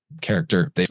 Character